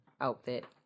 outfit